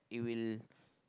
it will